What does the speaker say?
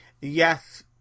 Yes